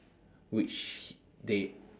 which they